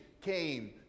came